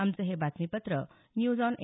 आमचं हे बातमीपत्र न्यूज ऑन ए